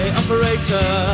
operator